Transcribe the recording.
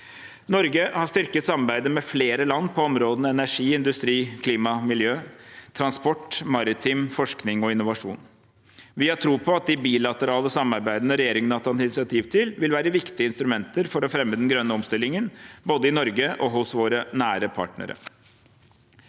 Norge har styrket samarbeidet med flere land på områdene energi, industri, klima/miljø, transport, maritim forskning og innovasjon. Vi har tro på at de bilaterale samarbeidene regjeringen har tatt initiativ til, vil være viktige instrumenter for å fremme den grønne omstillingen, både i Norge og hos våre nære partnere.